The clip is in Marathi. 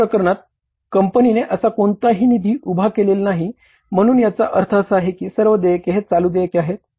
या प्रकरणात कंपनीने असा कोणताही निधी उभा केलेला नाही म्हणूनच याचा अर्थ असा आहे की सर्व देयके हे चालू देयके आहेत